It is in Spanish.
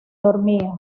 dormía